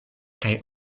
kaj